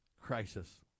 crisis